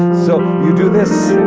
and so you do this.